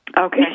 Okay